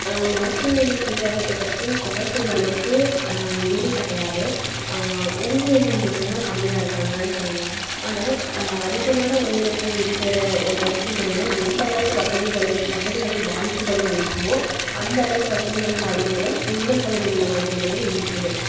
மருத்துவமனை நிர்வாகத்தை பற்றி கொறை சொல்கிற அளவுக்கு எதுவுமே கிடையாது ஊழியர்கள் மட்டும் தான் கம்மியாக இருக்காங்கன்னு சொல்லலாம் ஆனால் அதிகமான ஊழியர்கள் இருக்குறது ஒரு மருத்துவமனையில் எந்த அளவுக்கு வசதிகளும் வசதிகளும் வாய்ப்புகளும் இருக்குமோ அந்த அளவுக்கு வசதிகளும் வாய்ப்புகளும் எங்கள் பகுதியில் உள்ள மருத்துவமனையிலே இருக்குது